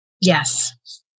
yes